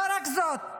לא רק זאת.